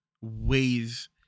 ways